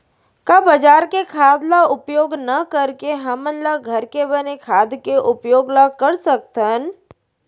का बजार के खाद ला उपयोग न करके हमन ल घर के बने खाद के उपयोग ल कर सकथन?